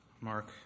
Mark